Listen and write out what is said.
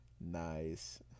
nice